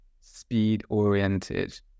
speed-oriented